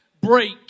break